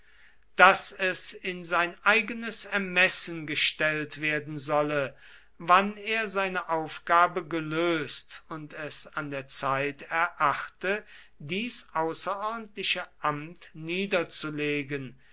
daß es in sein eigenes ermessen gestellt werden solle wann er seine aufgabe gelöst und es an der zeit erachte dies außerordentliche amt niederzulegen